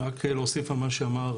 שרון-כרמל.